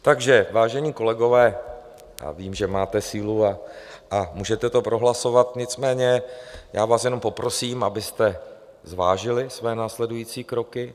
Takže, vážení kolegové, já vím, že máte sílu a můžete to prohlasovat, nicméně já vás jenom poprosím, abyste zvážili své následující kroky.